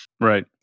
Right